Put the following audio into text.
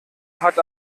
hat